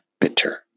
bitter